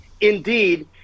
indeed